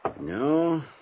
No